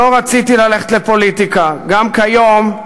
לא רציתי ללכת לפוליטיקה, גם כיום,